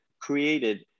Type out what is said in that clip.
created